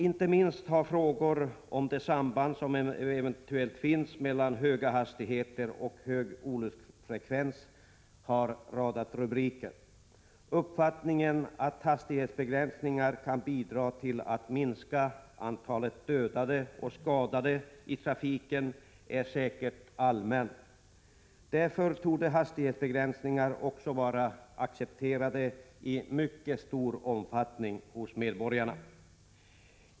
Framför allt har frågor om det samband som eventuellt finns mellan höga hastigheter och hög olycksfrekvens radat upp rubriker. Uppfattningarna att hastighetsbegränsningar kan bidra till att minska antalet dödade och skadade i trafiken är säkert allmän. Därför torde hastighetsbegränsningar också i mycket stor omfattning vara accepterade hos medborgarna.